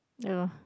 ya lor